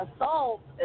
assault